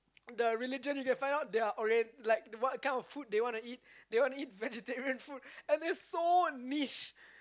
the religion you can find out their orien~ like what kind of food they want to eat they wanna vegetarian food and it's so niche